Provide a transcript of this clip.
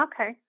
Okay